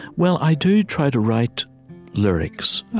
well, i do try to write lyrics,